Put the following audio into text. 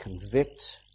convict